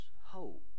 hope